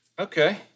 Okay